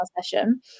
session